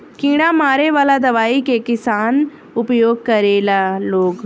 कीड़ा मारे वाला दवाई के किसान उपयोग करेला लोग